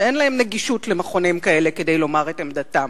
שאין להם גישה למכונים כאלה כדי לומר את עמדתם?